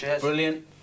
Brilliant